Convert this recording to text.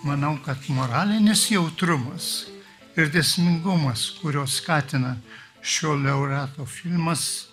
manau kad moralinis jautrumas ir dėsningumas kuriuos skatina šio laureato filmas